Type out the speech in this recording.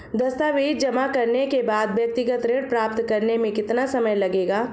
दस्तावेज़ जमा करने के बाद व्यक्तिगत ऋण प्राप्त करने में कितना समय लगेगा?